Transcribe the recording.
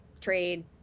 trade